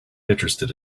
interested